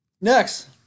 Next